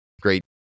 great